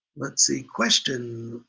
let's see, question,